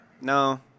No